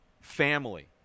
Family